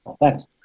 Thanks